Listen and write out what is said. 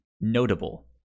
Notable